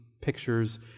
pictures